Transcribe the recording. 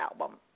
Album